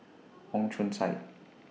Wong Chong Sai